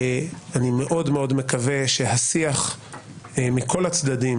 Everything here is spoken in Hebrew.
אני מאוד מאוד מקווה שהשיח מכל הצדדים